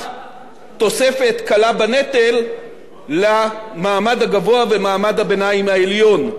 תוספת קלה בנטל למעמד הגבוה ומעמד הביניים העליון.